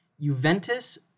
Juventus